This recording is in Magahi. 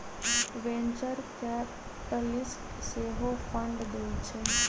वेंचर कैपिटलिस्ट सेहो फंड देइ छइ